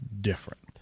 different